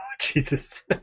Jesus